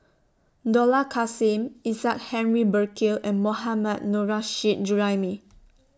Dollah Kassim Isaac Henry Burkill and Mohammad Nurrasyid Juraimi